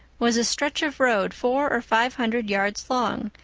was a stretch of road four or five hundred yards long,